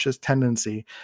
tendency